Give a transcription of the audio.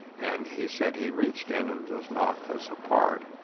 and he said he reached in and just knocked this apart,